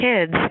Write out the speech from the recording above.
kids